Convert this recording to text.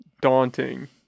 daunting